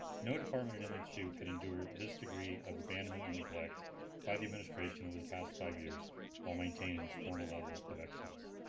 no department at and msu could endure this degree of abandonment and neglect by the administration over the past five years while maintaining this former level of excellence.